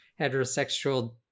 heterosexual